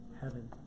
heaven